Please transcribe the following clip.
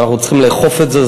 ואנחנו צריכים לאכוף את זה.